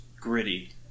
gritty